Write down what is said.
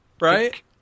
Right